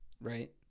Right